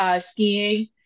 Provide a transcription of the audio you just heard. skiing